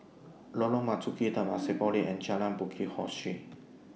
Lorong Marzuki Temasek Polytechnic and Jalan Bukit Ho Swee